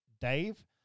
Dave